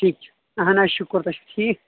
ٹھیٖک چھُ اہن حظ شُکُر تُہۍ چھُ ٹھیٖک